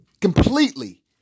completely